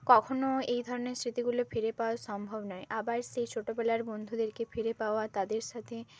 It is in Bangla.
কখনও এই ধরনের স্মৃতিগুলো ফিরে পাওয়া সম্ভব নয় আবার সেই ছোটোবেলার বন্ধুদেরকে ফিরে পাওয়া তাদের সাথে